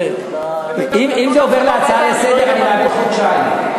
אם זה עובר להצעה לסדר-היום אני מאבד חודשיים.